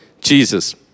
Jesus